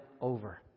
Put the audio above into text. over